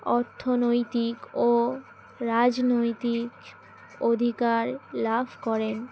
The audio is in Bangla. অর্থনৈতিক ও রাজনৈতিক অধিকার লাভ করেন